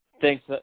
thanks